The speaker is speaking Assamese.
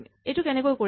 সেইটো কেনেকৈ কৰিম